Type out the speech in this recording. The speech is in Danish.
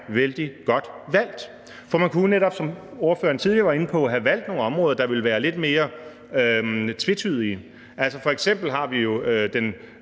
vældig godt valgt, for man kunne jo netop, som ordføreren tidligere var inde på, have valgt nogle områder, der ville være lidt mere tvetydige. Altså, f.eks. har vi jo den